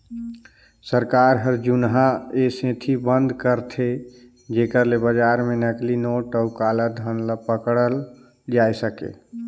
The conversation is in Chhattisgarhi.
सरकार जुनहा ए सेती बंद करथे जेकर ले बजार में नकली नोट अउ काला धन ल पकड़ल जाए सके